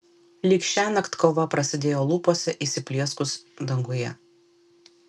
lyg šiąnakt kova prasidėjo lūpose įsiplieskus danguje